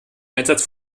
einsatz